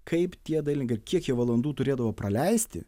kaip tie dailininkai ir kiek jie valandų turėdavo praleisti